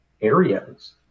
areas